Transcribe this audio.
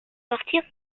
partir